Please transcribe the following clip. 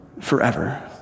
forever